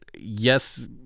yes